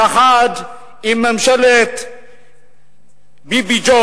יחד עם ממשלת ביבי-ג'וב,